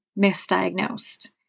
misdiagnosed